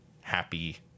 happy